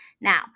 Now